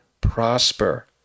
prosper